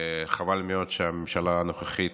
וחבל מאוד שהממשלה הנוכחית,